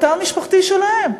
בתא המשפחתי שלהם.